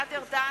גלעד ארדן,